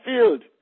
field